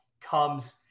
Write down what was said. comes